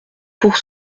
pour